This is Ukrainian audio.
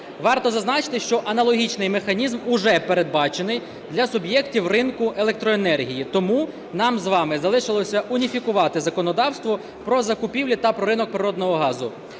Варто зазначити, що аналогічний механізм вже передбачений для суб'єктів ринку електроенергії. Тому нам з вами залишилося уніфікувати законодавство про закупівлі та про ринок природного газу.